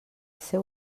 seu